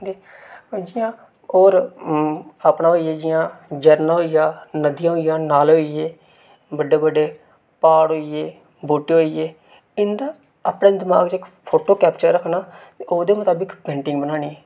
जि'यां होर अपना होई गेआ जि'यां झरना होई गेआ नदियां होई गेइयां नाले होई गे बड्डे बड्डे प्हाड़ होई गे बूह्टे होई गे इन्दा अपने दिमाग च इक फोटो कैप्चर रक्खना ते ओह्दे मताबक पेंटिंग बनानी